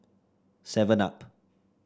Seven Up